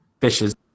fishes